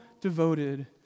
devoted